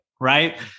right